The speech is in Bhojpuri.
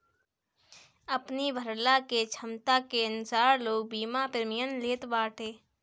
अपनी भरला के छमता के अनुसार लोग बीमा प्रीमियम लेत बाटे